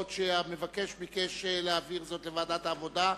ואילו המבקש ביקש להעביר אותה לוועדת העבודה,